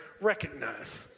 recognize